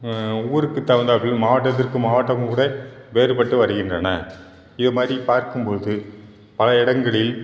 ஊருக்கு தகுந்தாற்போல் மாவட்டத்திற்கு மாவட்டமும் கூட வேறுபட்டு வருகின்றன இதை மாதிரி பார்க்கும் போது பல இடங்களில்